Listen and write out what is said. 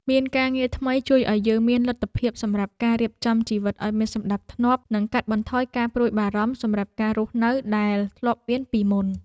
មានការងារថ្មីជួយឱ្យយើងមានលទ្ធភាពសម្រាប់ការរៀបចំជីវិតឱ្យមានសណ្ដាប់ធ្នាប់និងកាត់បន្ថយការព្រួយបារម្ភសម្រាប់ការរស់នៅដែលធ្លាប់មានពីមុន។